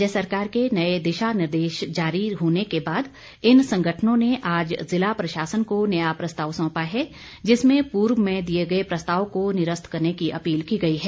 राज्य सरकार के नए दिशा निर्देश जारी होने के बाद इन संगठनों ने आज ज़िला प्रशासन को नया प्रस्ताव सौंपा है जिसमें पूर्व में दिए गए प्रस्ताव को निरस्त करने की अपील की गई है